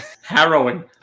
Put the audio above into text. Harrowing